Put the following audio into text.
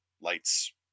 lights